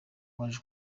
waje